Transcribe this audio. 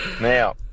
Now